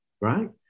right